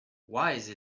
wise